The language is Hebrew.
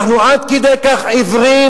אנחנו עד כדי כך עיוורים,